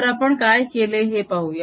तर आपण काय केले ते पाहूया